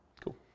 Cool